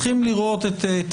אנחנו צריכים לנהל את מערכת